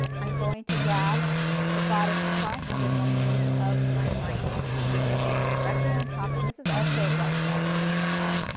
i'm going to grab the bodice front number one piece of my lining and i'm going to lay it directly on top and this is also right side facing up.